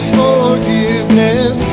forgiveness